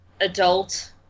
adult